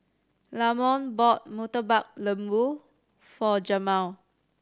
Lamont bought Murtabak Lembu for Jemal